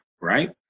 right